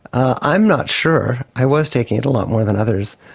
i'm not sure. i was taking it a lot more than others.